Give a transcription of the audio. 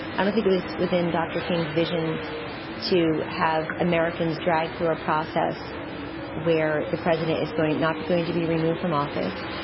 i don't think it was within dr. king's vision to have americans drag through a process where the president is going not but going to be removed from office,